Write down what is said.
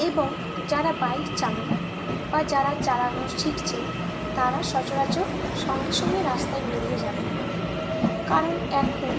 এবং যারা বাইক চালান বা যারা চালানো শিখছেন তারা সচরাচর সঙ্গে সঙ্গে রাস্তায় বেরিয়ে যাবেন না কারণ এখন